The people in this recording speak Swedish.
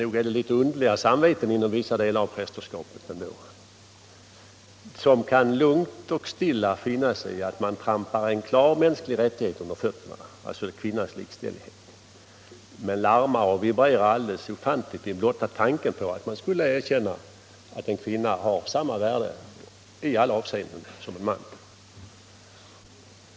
Nog är det litet underliga samveten inom vissa delar av prästerskapet ändå som lugnt och stilla kan finna sig i att man trampar en klar mänsklig rättighet under fötterna — alltså kvinnans likställighet — men larmar och vibrerar alldeles ofantligt vid blotta tanken på att man skulle erkänna att en kvinna har samma värde i alla avseenden som en man.